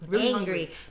Angry